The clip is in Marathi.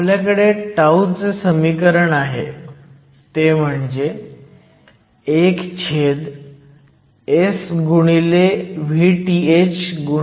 आपल्याकडे τ चे समीकरण आहे ते म्हणजे 1S VthNs